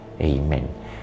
Amen